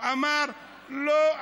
ואמר: לא,